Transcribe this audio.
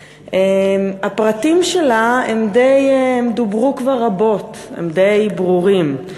הפרטים שלה, הם דוברו כבר רבות, הם די ברורים: